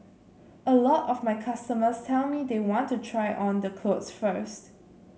a lot of my customers tell me they want to try on the clothes first